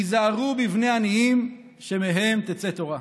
והיזהרו בבני עניים, שמהם תצא תורה.